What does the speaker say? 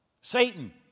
Satan